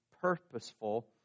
purposeful